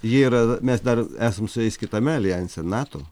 ir mes dar esam su jais kitame aljanse nato